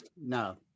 No